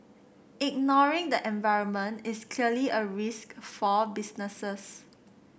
ignoring the environment is clearly a risk for businesses